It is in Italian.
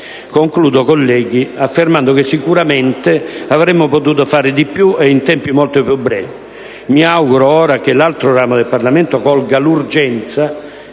Concludo, colleghi, affermando che sicuramente avremmo potuto fare di più e in tempi molto più brevi. Mi auguro ora che l'altro ramo del Parlamento colga l'urgenza